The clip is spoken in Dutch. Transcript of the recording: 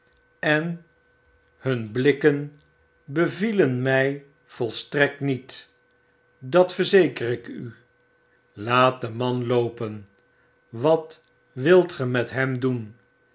politie beambte van ken bevielen mtj volstrekt niet dat verzeker ik n laat den man loopen wat wilt ge met hem doen